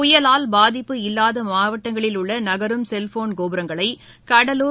புயலால் பாதிப்பு இல்லாதமாவட்டங்களில் உள்ளநகரும் செல்போன் கோபுரங்களைகடலூர்